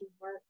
work